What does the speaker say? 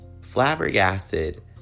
flabbergasted